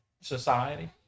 society